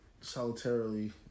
solitarily